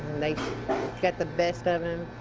they got the best of him.